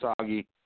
soggy